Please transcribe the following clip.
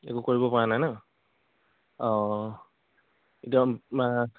একো কৰিব পৰা নাই ন অ' এতিয়া